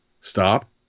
stop